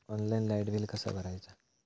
Online light bill कसा भरायचा?